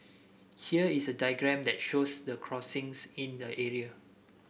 here is a diagram that shows the crossings in the area